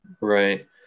Right